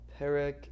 Perek